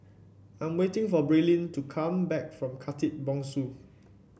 I'm waiting for Braelyn to come back from Khatib Bongsu